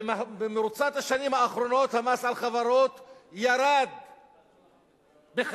במרוצת השנים האחרונות המס על חברות ירד בכ-10%.